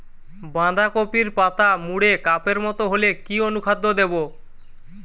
বাঁধাকপির পাতা মুড়ে কাপের মতো হলে কি অনুখাদ্য দেবো?